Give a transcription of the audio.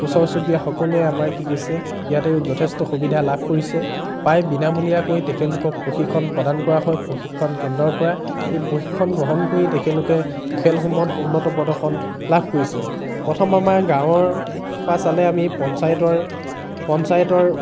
ওচৰ চুবুৰীয়া সকলোৱে আমাৰ কি কৈছে ইয়াতে যথেষ্ট সুবিধা লাভ কৰিছে প্ৰায় বিনামুলীয়াকৈ তেখেতলোকক প্ৰশিক্ষণ প্ৰদান কৰা হয় প্ৰশিক্ষণ কেন্দ্ৰৰপৰা এই প্ৰশিক্ষণ গ্ৰহণ কৰি তেখেতলোকে খেলসমূহত উন্নত প্ৰদৰ্শন লাভ কৰিছে প্ৰথম আমাৰ গাঁৱৰপৰা চালে আমি পঞ্চায়তৰ পঞ্চায়তৰ